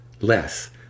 less